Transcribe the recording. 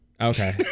Okay